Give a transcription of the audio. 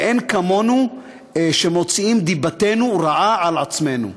ואין כמונו שמוציאים דיבתנו רעה על עצמנו.